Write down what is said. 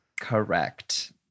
Correct